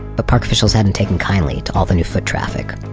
the park officials hadn't taken kindly to all the new foot traffic,